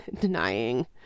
denying